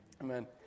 Amen